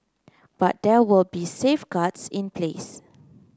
but there will be safeguards in place